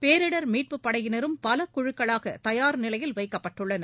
பேரிடர் மீட்புப் படையினரும் பல குழுக்களாக தயார்நிலையில் வைக்கப்பட்டுள்ளனர்